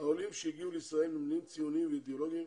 העולים שהגיעו לישראל הם ציונים ואידיאולוגיים,